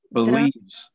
believes